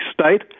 State